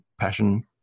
passion